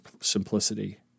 simplicity